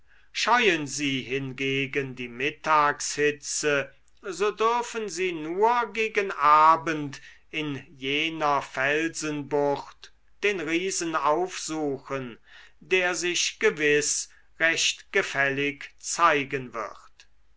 scheuen sie hingegen die mittagshitze so dürfen sie nur gegen abend in jener felsenbucht den riesen aufsuchen der sich gewiß recht gefällig zeigen wird